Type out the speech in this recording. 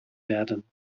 werden